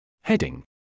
Heading